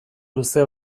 luze